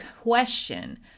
question